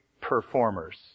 Performers